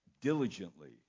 diligently